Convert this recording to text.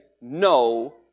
no